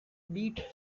bid